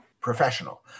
professional